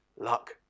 luck